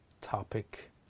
topic